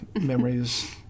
memories